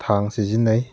ꯊꯥꯡ ꯁꯤꯖꯟꯅꯩ